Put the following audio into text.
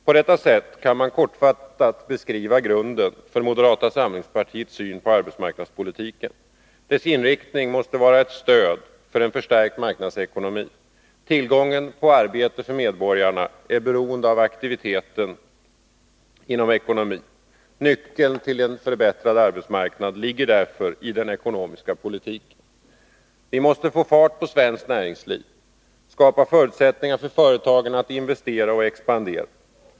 På detta sätt kan man kortfattat beskriva grunden för moderata samlingspartiets syn på arbetsmarknadspolitiken. Dess inriktning måste vara ett stöd för en förstärkt marknadsekonomi. Tillgången till arbete för medborgarna är beroende av aktiviteten inom ekonomin. Nyckeln till en förbättrad arbetsmarknad ligger därför i den ekonomiska politiken. Vi måste få fart på svenskt näringsliv, skapa förutsättningar för företagen att investera och expandera.